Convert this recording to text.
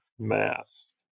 Mass